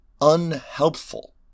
unhelpful